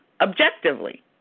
objectively